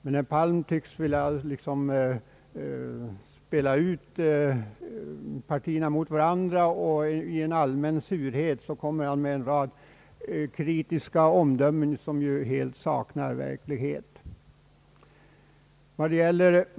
Men herr Palm tycks liksom vilja spela ut partierna mot varandra, och i en allmän surhet kommer han med en rad kritiska omdömen, som ju helt saknar verklighet.